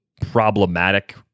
problematic